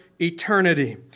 eternity